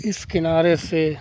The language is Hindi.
इस किनारे से